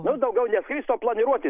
nu daugiau ne skrist o planiruoti